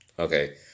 Okay